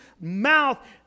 mouth